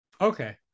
Okay